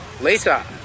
Lisa